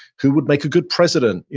who would make a good president?